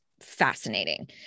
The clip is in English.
fascinating